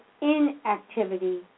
inactivity